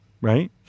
right